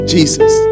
Jesus